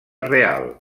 real